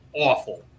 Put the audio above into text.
awful